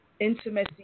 intimacy